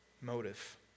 Motive